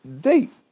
date